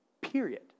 Period